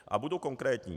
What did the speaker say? A budu konkrétní.